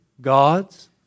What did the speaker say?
God's